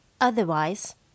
Otherwise